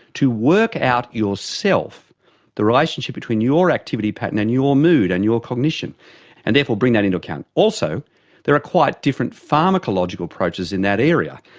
to work out yourself the relationship between your activity pattern and your mood and your cognition and therefore bring that into account. also there are quite different pharmacological approaches in that area,